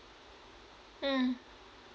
mm